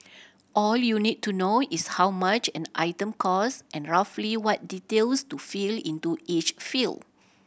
all you need to know is how much an item cost and roughly what details to fill into each field